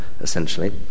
essentially